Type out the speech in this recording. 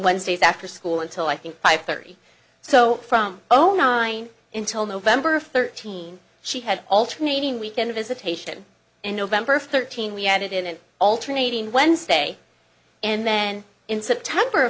wednesdays after school until i think five thirty so from zero in till november of thirteen she had alternating weekend visitation in november thirteen we had it in an alternating wednesday and then in september